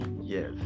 Yes